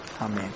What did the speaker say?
Amen